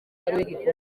ikipe